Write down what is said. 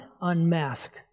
unmask